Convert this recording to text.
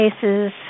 cases